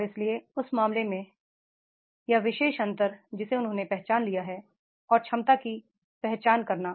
और इसलिए उस मामले में यह विशेष अंतर जिसे उन्होंने पहचान लिया है और क्षमता की पहचान करना